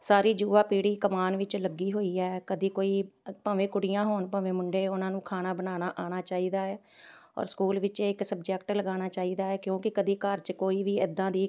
ਸਾਰੀ ਯੁਵਾ ਪੀੜ੍ਹੀ ਕਮਾਉਣ ਵਿੱਚ ਲੱਗੀ ਹੋਈ ਹੈ ਕਦੀ ਕੋਈ ਭਾਵੇਂ ਕੁੜੀਆਂ ਹੋਣ ਭਾਵੇਂ ਮੁੰਡੇ ਉਹਨਾਂ ਨੂੰ ਖਾਣਾ ਬਣਾਉਣਾ ਆਉਣਾ ਚਾਹੀਦਾ ਹੈ ਔਰ ਸਕੂਲ ਵਿੱਚ ਇੱਕ ਸਬਜੈਕਟ ਲਗਾਉਣਾ ਚਾਹੀਦਾ ਹੈ ਕਿਉਂਕਿ ਕਦੀ ਘਰ 'ਚ ਕੋਈ ਵੀ ਇੱਦਾਂ ਦੀ